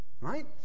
Right